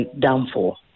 downfall